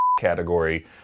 category